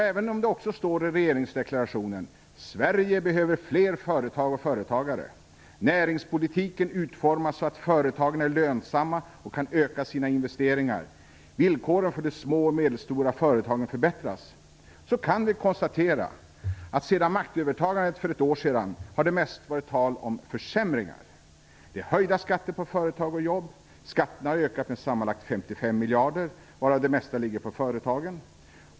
Även om det också står i regeringsförklaringen: "Sverige behöver fler företag och företagare. Näringspolitiken utformas så att företagen är lönsamma och kan öka sina investeringar. Villkoren för de små och medelstora företagen förbättras", så kan vi konstatera att sedan maktövertagandet för ett år sedan har det mest varit tal om försämringar. Det är höjda skatter på företag och jobb. Skatterna har ökat med sammanlagt 55 miljarder, varav det mesta ligger på företagen.